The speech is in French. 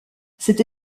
cette